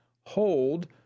hold